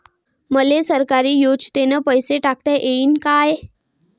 मले सरकारी योजतेन पैसा टाकता येईन काय?